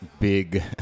big